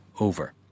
over